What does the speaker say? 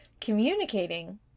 communicating